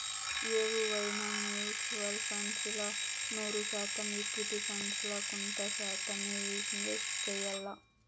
ఎవువైనా mutual funds ల నూరు శాతం ఈక్విటీ ఫండ్స్ ల కొంత శాతమ్మే ఇన్వెస్ట్ చెయ్యాల్ల